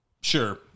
Sure